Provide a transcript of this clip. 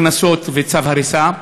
קנסות וצו הריסה,